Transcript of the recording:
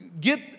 get